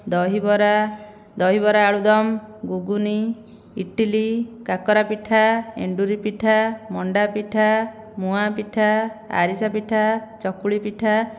ଦହିବରା ଦହିବରା ଆଳୁଦମ ଘୁଗୁନି ଇଡ଼୍ଲି କାକରା ପିଠା ଏଣ୍ଡୁରି ପିଠା ମଣ୍ଡା ପିଠା ମୁଆଁ ପିଠା ଆରିଷା ପିଠା ଚକୁଳି ପିଠା